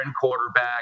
quarterback